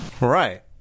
right